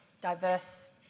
diverse